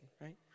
right